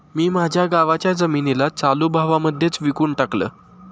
मी माझ्या गावाच्या जमिनीला चालू भावा मध्येच विकून टाकलं